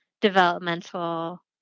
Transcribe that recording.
developmental